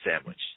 sandwich